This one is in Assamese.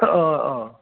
অঁ অঁ